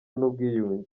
n’ubwiyunge